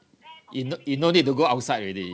you no you no need to go outside already ya